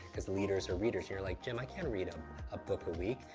because the leaders are readers. you're like, jim, i can't read um a book a week.